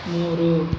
ಮೂರು